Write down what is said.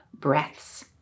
breaths